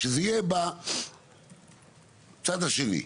כשזה יהיה בצד השני.